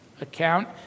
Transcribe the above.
account